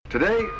Today